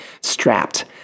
strapped